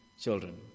children